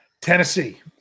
Tennessee